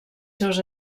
seus